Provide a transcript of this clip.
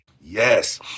Yes